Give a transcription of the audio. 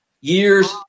years